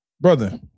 brother